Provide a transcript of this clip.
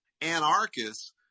anarchists